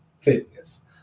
fitness